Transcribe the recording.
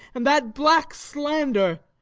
and that black slander.